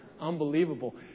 Unbelievable